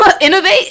Innovate